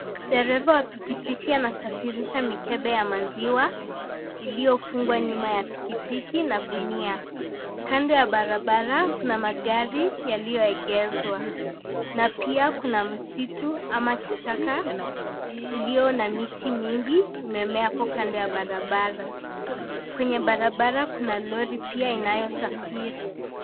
Dereva wa pikipiki anasafirisha mikebe ya maziwa, iliyofungwa nyuma ya pikipiki na gunia. Kando ya barabara kuna magari yaliyoegeshwa. Na pia kuna msitu ama kichaka, ulio na miti mingi, imemea hapo kando ya barabara. Kwenye barabara kuna lori inayosafiri.